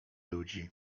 ludzi